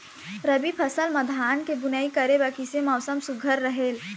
रबी फसल म धान के बुनई करे बर किसे मौसम सुघ्घर रहेल?